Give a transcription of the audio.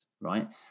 right